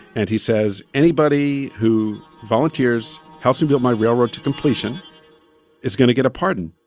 and he says, anybody who volunteers helps me build my railroad to completion is going to get a pardon.